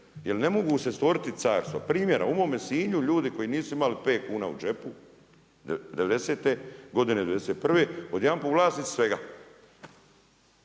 jer ne mogu se stvoriti carstva. Primjera, u mome Sinju, ljudi koji nisu imali 5 kuna u džepu devedesete, godine '91., odjedanput vlasnici svega.